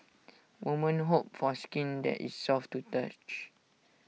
women hope for skin that is soft to touch